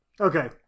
Okay